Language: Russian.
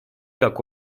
как